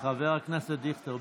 חבר הכנסת דיכטר,